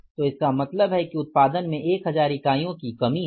तो इसका मतलब है कि उत्पादन में 1000 इकाइयों की कमी है